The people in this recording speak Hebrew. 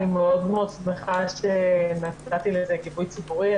אני מאוד מאוד שמחה שנתתי לזה גיבוי ציבורי.